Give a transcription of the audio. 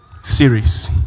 series